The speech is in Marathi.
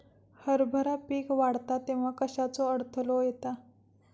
हरभरा पीक वाढता तेव्हा कश्याचो अडथलो येता?